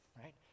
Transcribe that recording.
right